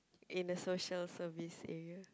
in a social service area